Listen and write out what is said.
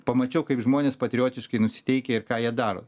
pamačiau kaip žmonės patriotiškai nusiteikę ir ką jie daro